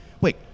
wait